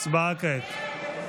הצבעה כעת.